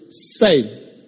say